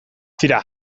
tira